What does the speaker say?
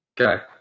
Okay